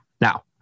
Now